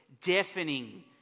deafening